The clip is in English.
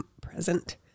present